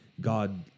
God